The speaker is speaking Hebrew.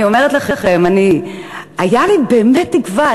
אני אומרת לכם: הייתה לי באמת תקווה.